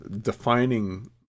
defining